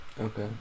okay